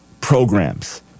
programs